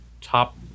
top